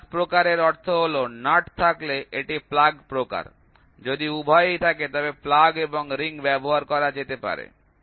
plug প্রকারের অর্থ হল নাট থাকলে এটি প্লাগ প্রকার যদি উভয়ই থাকে তবে প্লাগ এবং রিং ব্যবহার করা যেতে পারে